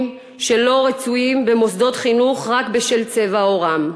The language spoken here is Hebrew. שלא רצויים במוסדות חינוך רק בשל צבע עורם,